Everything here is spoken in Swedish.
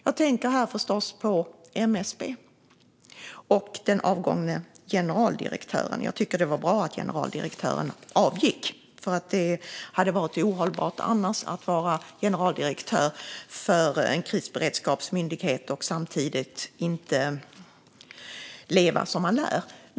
Jag tänker här förstås på MSB och den avgångne generaldirektören. Jag tycker att det var bra att generaldirektören avgick. Det hade varit ohållbart att vara generaldirektör för en krisberedskapsmyndighet och samtidigt inte leva som man lär.